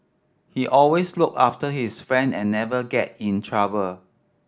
he always look after his friend and never get in trouble